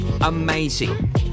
amazing